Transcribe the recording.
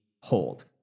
hold